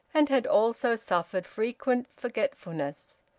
and had also suffered frequent forgetfulness.